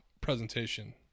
presentation